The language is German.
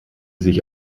sich